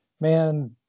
man